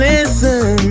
Listen